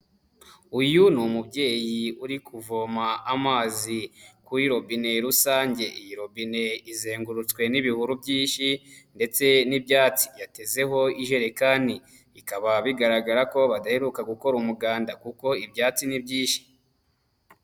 Uyu ni umubyeyi uri kuvoma amazi kuri robine rusange, iyi robine izengurutswe n'ibihuru by'inshi ndetse n'ibyatsi, yatezeho ijerekani bikaba bigaragara ko badaheruka gukora umuganda kuko ibyatsi ni byinshi.